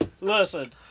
listen